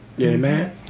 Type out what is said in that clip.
amen